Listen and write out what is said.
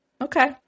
Okay